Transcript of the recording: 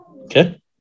Okay